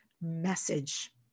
message